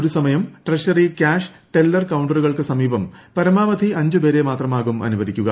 ഒരു സമയം treasury cash teller കൌണ്ടറുകൾക്കു സമീപം പരമാവധി അഞ്ച് പേരെ മാത്രമാകും അനുവദിക്കുക